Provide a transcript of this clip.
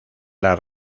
las